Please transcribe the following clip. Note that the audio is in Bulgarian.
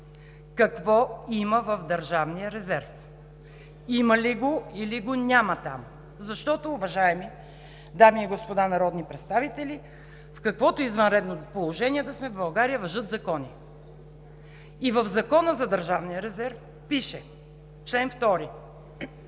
Какво има в държавния резерв? Има ли го, или го няма там? Защото, уважаеми дами и господа народни представители, в каквото и извънредно положение да сме, в България важат закони! В чл. 2 на Закона за държавния резерв пише: „Държавни